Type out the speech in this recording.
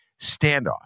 standoff